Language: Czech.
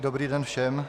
Dobrý den všem.